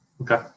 Okay